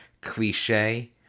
cliche